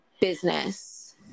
business